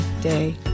day